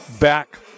back